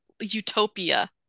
utopia